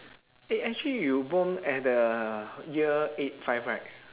eh actually you born at the year eight five right